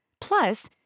Plus